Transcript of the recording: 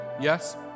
Yes